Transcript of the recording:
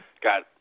got